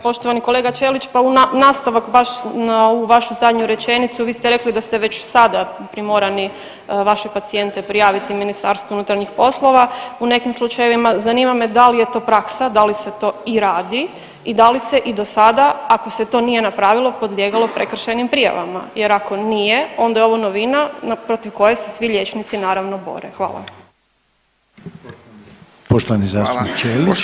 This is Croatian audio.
Poštovani kolega Ćelić, pa nastavak na ovu vašu zadnju rečenicu, vi ste rekli da ste već sada primorani vaše pacijente prijaviti Ministarstvu unutarnjih poslova, u nekim slučajevima zanima me, da li je to praksa, da li se to i radi i da li se i do sada, ako se to nije napravilo, podlijegalo prekršajnim prijavama jer ako nije, onda je ovo novina protiv koje se svi liječnici naravno bore.